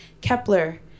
Kepler